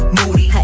Moody